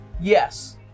Yes